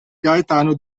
gaetano